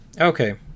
Okay